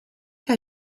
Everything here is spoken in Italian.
che